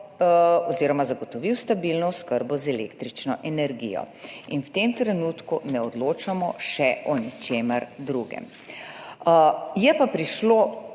viri zagotovil stabilno oskrbo z električno energijo. V tem trenutku ne odločamo še o ničemer drugem. V Državni